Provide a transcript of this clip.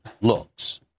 looks